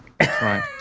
Right